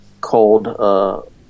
called